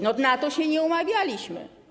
Na to się nie umawialiśmy.